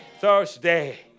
Thursday